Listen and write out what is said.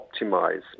optimize